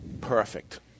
Perfect